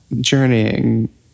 journeying